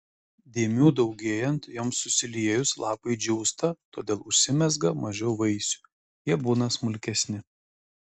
dėmių daugėjant joms susiliejus lapai džiūsta todėl užsimezga mažiau vaisių jie būna smulkesni